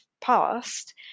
past